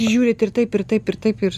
žiūrit ir taip ir taip ir taip ir